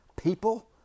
people